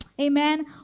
Amen